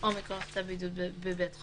או מכוח צו בידוד בבית חולים,